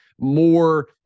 more